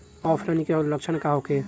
ऑफलाइनके लक्षण का होखे?